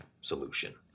solution